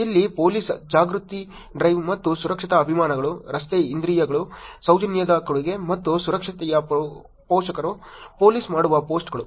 ಇಲ್ಲಿ ಪೊಲೀಸ್ ಜಾಗೃತಿ ಡ್ರೈವ್ ಮತ್ತು ಸುರಕ್ಷತಾ ಅಭಿಯಾನಗಳು ರಸ್ತೆ ಇಂದ್ರಿಯಗಳು ಸೌಜನ್ಯದ ಕೊಡುಗೆ ಮತ್ತು ಸುರಕ್ಷತೆಯ ಪೋಷಕರು ಪೋಲೀಸ್ ಮಾಡುವ ಪೋಸ್ಟ್ಗಳು